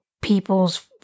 People's